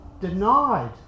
denied